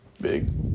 big